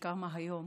שקמה היום,